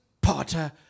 potter